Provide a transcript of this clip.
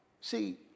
See